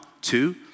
two